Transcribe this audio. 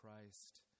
Christ